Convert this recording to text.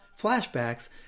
Flashbacks